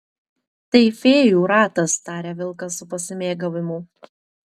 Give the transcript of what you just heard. tai fėjų ratas taria vilkas su pasimėgavimu